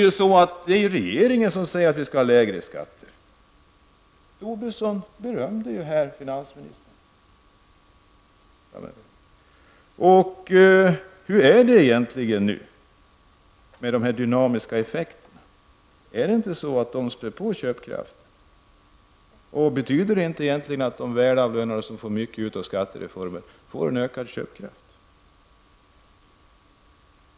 Men det är regeringen som säger att vi skall ha lägre skatt. Lars Tobisson berömde finansministern, men hur är det nu med de dynamiska effekterna? Spär de inte på köpkraften? Betyder inte det att de välavlönade, som får ut mycket av skattereformen, får en ökad köpkraft?